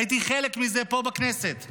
הייתי חלק מזה פה בכנסת.